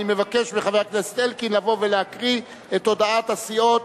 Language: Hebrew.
אני מבקש מחבר הכנסת אלקין לבוא ולהקריא את הודעת הסיעות,